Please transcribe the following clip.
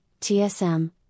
TSM